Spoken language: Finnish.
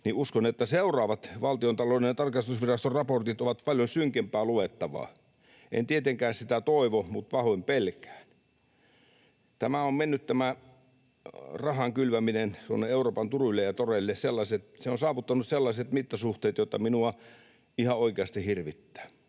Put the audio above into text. niin uskon, että seuraavat Valtiontalouden tarkastusviraston raportit ovat paljon synkempää luettavaa. En tietenkään sitä toivo, mutta pahoin pelkään. Tämä rahan kylväminen tuonne Euroopan turuille ja toreille on saavuttanut sellaiset mittasuhteet, että minua ihan oikeasti hirvittää.